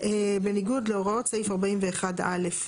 בניגוד להוראות סעיף 41(א)"